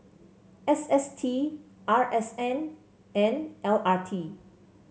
S S T R S N and L R T